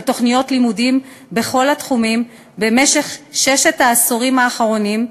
תוכניות לימודים בכל התחומים במשך ששת העשורים האחרונים,